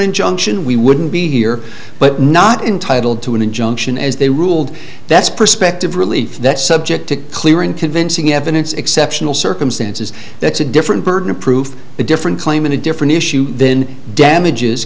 injunction we wouldn't be here but not entitled to an injunction as they ruled that's prospective relief that subject to clear and convincing evidence exceptional circumstances that's a different burden of proof a different claim and a different issue then damages